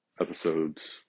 episodes